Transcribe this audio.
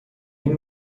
این